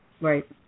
Right